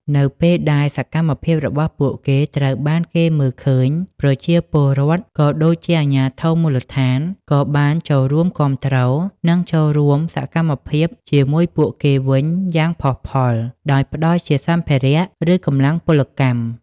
នៅពេលដែលសកម្មភាពរបស់ពួកគេត្រូវបានគេមើលឃើញ ប្រជាពលរដ្ឋ ក៏ដូចជាអាជ្ញាធរមូលដ្ឋាន ក៏បានចូលរួមគាំទ្រ និងចូលរួមសកម្មភាពជាមួយពួកគេវិញយ៉ាងផុសផុល ដោយផ្តល់ជាសម្ភារៈ ឬកម្លាំងពលកម្ម។